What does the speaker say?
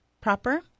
proper